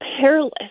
perilous